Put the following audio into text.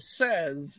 says